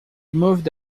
moved